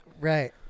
Right